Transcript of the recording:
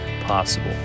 possible